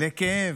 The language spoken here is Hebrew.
לכאב,